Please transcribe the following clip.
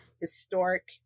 historic